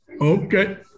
Okay